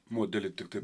modelį tiktai